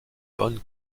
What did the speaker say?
von